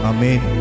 Amen